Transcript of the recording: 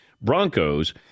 Broncos